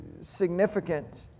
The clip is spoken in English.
significant